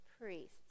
priests